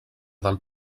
del